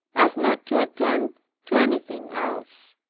as not to attend to anything else.